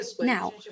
Now